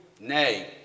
nay